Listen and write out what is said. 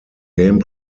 game